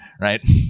Right